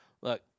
Look